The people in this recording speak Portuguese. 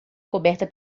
coberta